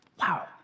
Wow